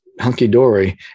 hunky-dory